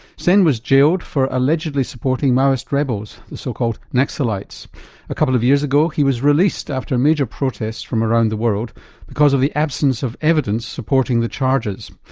sen was jailed for allegedly supporting maoist rebels, the so called naxalites a couple of years ago he was released after major protests from around the world because of the absence of evidence supporting the charges.